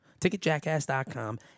Ticketjackass.com